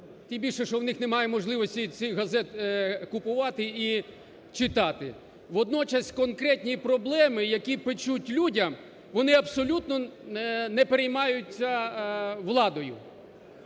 Тим більше, що в них немає можливості цих газет купувати і читати. Водночас конкретні проблеми, які печуть людям, вони абсолютно не переймаються владою.